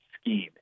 scheme